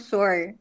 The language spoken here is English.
sure